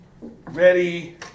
Ready